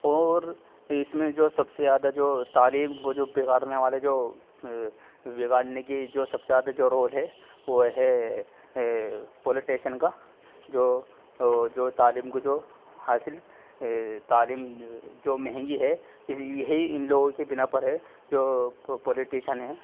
اور اس میں جو سب سے زیادہ جو تعلیم کو جو بگاڑنے والے جو بگاڑنے کی جو سب سے زیادہ رول ہے وہ ہے پولیٹیشن كا جو جو تعلیم کو جو حاصل تعلیم جو مہنگی ہے یہی ان لوگوں کے بنا پر ہے جو پولیٹیشن ہیں